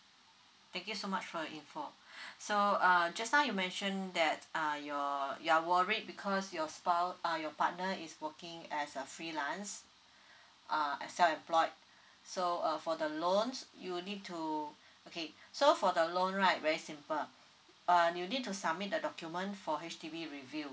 thank you so much for your info so um just now you mention that uh your you are worried because your spouse uh your partner is working as a freelance uh and sell employed so uh for the loans you need to okay so for the loan right very simple uh you need to submit the document for H_D_B review